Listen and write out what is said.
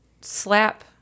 slap